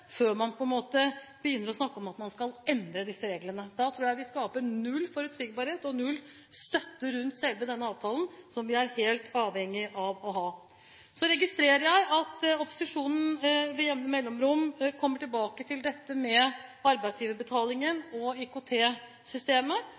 før vi på en måte begynner å snakke om at vi skal endre disse reglene. Da tror jeg vi skaper null forutsigbarhet og null støtte rundt selve avtalen, som vi er helt avhengig av å ha. Så registrerer jeg at opposisjonen med jevne mellomrom kommer tilbake til